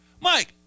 Mike